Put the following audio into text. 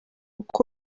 uko